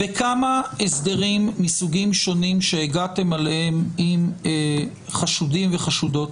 בכמה הסדרים מסוגים שונים שהגעתם אליהם עם חשודים וחשודות,